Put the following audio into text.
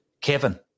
Kevin